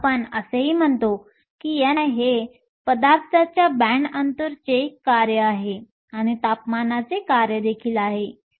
आपण असेही म्हणतो की ni हे पदार्थाच्या बँड अंतचे कार्य आहे आणि तापमानाचे कार्य देखील आहे